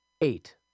Eight